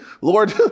Lord